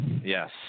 Yes